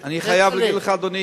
כצל'ה,